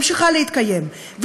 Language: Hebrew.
ממשיכה להתקיים,